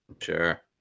sure